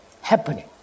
happening